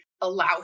allow